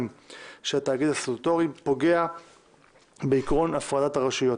של התאגיד הסטטוטורי פוגע בעיקרון הפרדת הרשויות.